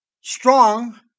strong